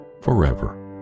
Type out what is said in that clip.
forever